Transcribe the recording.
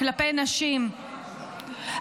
כלפי נשים,